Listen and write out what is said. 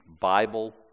Bible